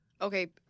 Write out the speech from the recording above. Okay